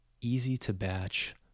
easy-to-batch